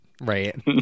Right